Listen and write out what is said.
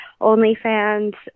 OnlyFans